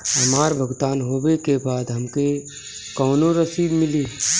हमार भुगतान होबे के बाद हमके कौनो रसीद मिली?